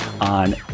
on